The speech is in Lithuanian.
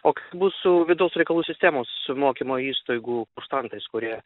o kaip bus su vidaus reikalų sistemos mokymo įstaigų kursantais kurie